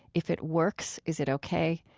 if it works is it ok?